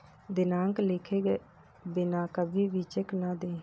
दिनांक लिखे बिना कभी भी चेक न दें